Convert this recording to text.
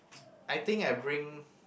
I think I bring